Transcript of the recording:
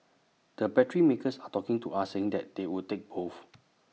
the battery makers are talking to us saying that they would take both